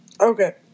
Okay